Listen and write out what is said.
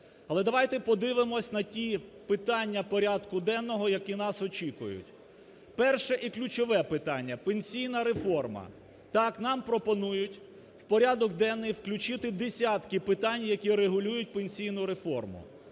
Але давайте подивимось на ті питання порядку денного, які нас очікують. Перше і ключове питання: пенсійна реформа. Так, нам пропонують в порядок денний включити десятки питань, які регулюють пенсійну реформу.